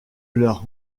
leur